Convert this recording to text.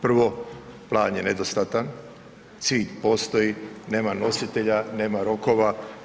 Prvo, plan je nedostatan, cilj postoji, nema nositelja, nema rokova.